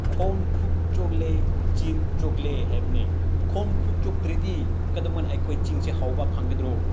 ꯈꯣꯡ ꯈꯨꯠ ꯆꯣꯠꯂꯦ ꯆꯤꯟ ꯆꯣꯠꯂꯦ ꯍꯥꯏꯕꯅꯦ ꯈꯣꯡ ꯈꯨꯠ ꯆꯣꯠꯇ꯭ꯔꯗꯤ ꯀꯩꯗꯧꯉꯩꯅ ꯑꯩꯈꯣꯏ ꯆꯤꯟꯁꯦ ꯍꯥꯎꯕ ꯐꯪꯒꯗ꯭ꯔꯣ